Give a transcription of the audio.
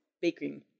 baking